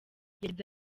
yagize